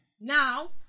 Now